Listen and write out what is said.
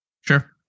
Sure